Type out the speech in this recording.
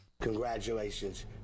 Congratulations